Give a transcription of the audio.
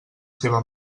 seva